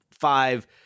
five